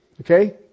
Okay